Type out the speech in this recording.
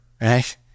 right